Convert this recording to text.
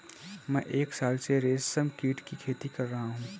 मैं एक साल से रेशमकीट की खेती कर रहा हूँ